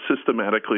systematically